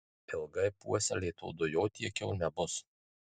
ilgai puoselėto dujotiekio nebus